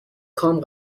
کام